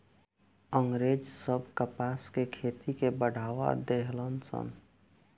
अँग्रेज सब कपास के खेती के बढ़ावा देहलन सन